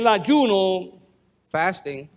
Fasting